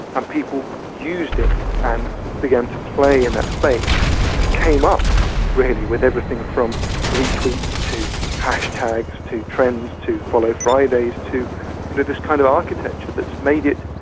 and people used it and began to play in that space and came up really with everything from re-tweets to hashtags to trends to follow fridays, to you know this kind of architecture that has made it,